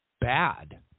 bad